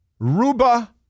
Ruba